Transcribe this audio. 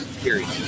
period